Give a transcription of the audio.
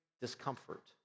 discomfort